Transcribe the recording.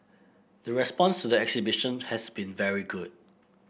the response to the exhibition has been very good